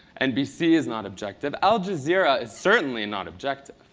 nbc is not objective. al-jazeera is certainly not objective.